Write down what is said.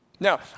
Now